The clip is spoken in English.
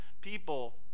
people